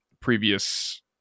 previous